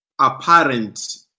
apparent